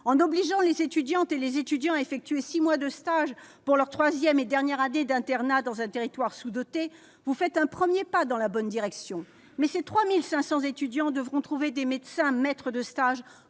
En obligeant les étudiantes et les étudiants à effectuer six mois de stage pour leur troisième et dernière année d'internat dans un territoire sous-doté, vous faites un premier pas dans la bonne direction. Mais ces 3 500 étudiants devront trouver des médecins maîtres de stages